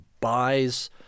buys